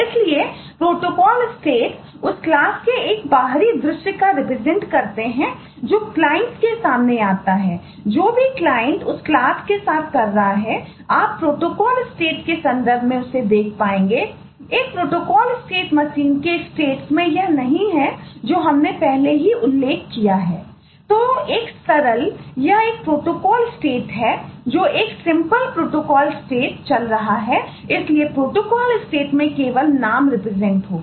इसलिए protocol states होगा